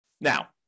Now